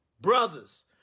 brothers